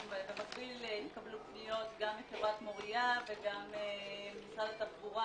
ובמקביל התקבלו פניות גם מחברת מוריה וגם ממשרד התחבורה,